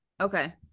okay